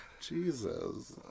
Jesus